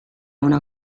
una